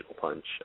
punch